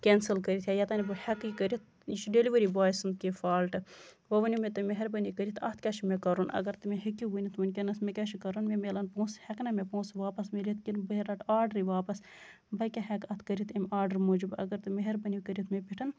cancel کٔرِتھ یا یوتام نہٕ بہٕ ہٮ۪کہٕ یہِ کٔرِتھ یہِ چھُ ڈٮ۪لؤری بوے سُند کیٚنہہ فالٹ وۄنۍ ؤنِو مےٚ تُہۍ مہربٲنی کٔرِتھ اَتھ کیاہ چھُ مےٚ کَرُن اَگر تُہۍ مےٚ ہیٚکِو ؤنِتھ ؤنکیٚنَس مےٚ کیاہ چھُ کَرُن مےٚ مِلَن پونسہٕ ہٮ۪کہٕ نا مےٚ پونسہٕ واپَس مِلِتھ کِنہٕ بہٕ رٹہٕ آرڈرٕے واپَس بہٕ کیاہ ہٮ۪کہٕ اَتھ کٔرِتھ اَمہِ آرڈرٕ موٗجوٗب اَگر تُہۍ مہربٲنی کٔرِو مےٚ پٮ۪ٹھ